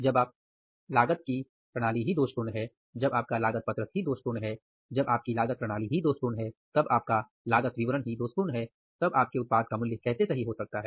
जब आप की लागत प्रणाली ही दोषपूर्ण है जब आपका लागत पत्रक ही दोषपूर्ण है जब आपका लागत विवरण ही दोषपूर्ण है तब आपके उत्पाद का मूल्य कैसे सही हो सकता है